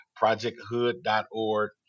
projecthood.org